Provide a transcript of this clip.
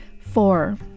Four